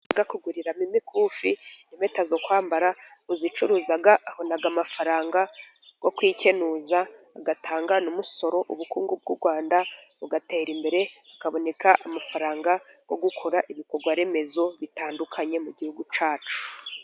... bajya kuguriramo imikufi, impeta zo kwambara. uzicuruzaga abona amafaranga yo kwikenuza, agatanga n'umusoro, ubukungu bw'u Rwanda bugatera imbere, hakaboneka amafaranga yo gukora ibikorwa remezo bitandukanye mu gihugu cyacu.